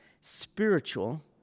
spiritual